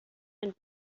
and